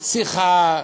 שיחה,